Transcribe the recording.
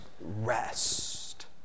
rest